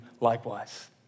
likewise